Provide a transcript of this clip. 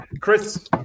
Chris